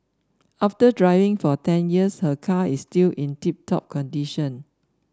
after driving for ten years her car is still in tip top condition